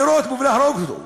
לירות בו ולהרוג אותו.